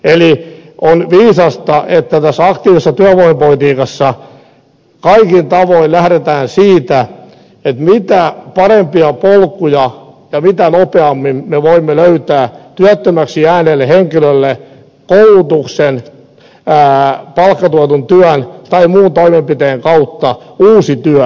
eli on viisasta että tässä aktiivisessa työvoimapolitiikassa kaikin tavoin lähdetään siitä että mitä parempia polkuja ja mitä nopeammin me voimme löytää työttömäksi jääneelle henkilölle koulutuksen palkkatuetun työn tai muun toimenpiteen kautta uuden työn niin se on se mihin me pyrimme